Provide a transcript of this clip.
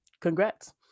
Congrats